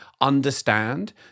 Understand